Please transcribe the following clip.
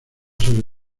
sobre